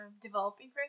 developing